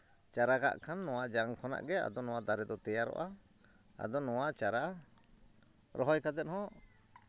ᱪᱟᱨᱟ ᱠᱟᱜ ᱠᱷᱟᱱ ᱟᱫᱚ ᱱᱚᱣᱟ ᱡᱟᱝ ᱠᱷᱚᱱᱟᱜ ᱜᱮ ᱟᱫᱚ ᱱᱚᱣᱟ ᱫᱟᱨᱮ ᱫᱚ ᱛᱮᱭᱟᱨᱚᱜᱼᱟ ᱟᱫᱚ ᱱᱚᱣᱟ ᱪᱟᱨᱟ ᱨᱚᱦᱚᱭ ᱠᱟᱛᱮ ᱦᱚᱸ